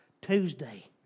Tuesday